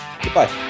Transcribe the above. goodbye